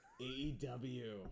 AEW